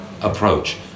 approach